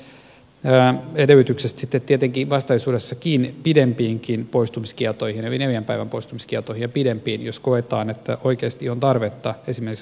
tässä on edellytykset tietenkin vastaisuudessakin pidempiinkin poistumiskieltoihin eli neljän päivän poistumiskieltoihin ja pidempiin jos koetaan että oikeasti on tarvetta esimerkiksi ajoittaa se viikonlopulle